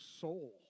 soul